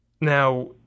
Now